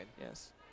Yes